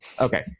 Okay